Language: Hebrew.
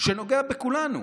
שנוגע בכולנו.